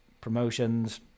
Promotions